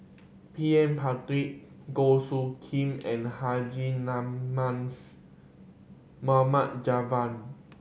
P M Pritt Goh Soo Khim and Haji Namazie Mohamed Javad